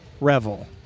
revel